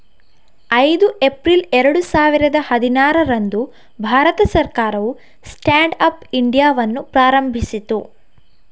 ಐದು ಏಪ್ರಿಲ್ ಎರಡು ಸಾವಿರದ ಹದಿನಾರರಂದು ಭಾರತ ಸರ್ಕಾರವು ಸ್ಟ್ಯಾಂಡ್ ಅಪ್ ಇಂಡಿಯಾವನ್ನು ಪ್ರಾರಂಭಿಸಿತು